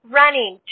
running